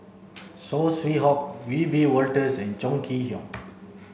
Saw Swee Hock Wiebe Wolters and Chong Kee Hiong